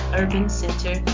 urbancenter